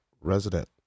resident